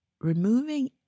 removing